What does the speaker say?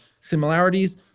similarities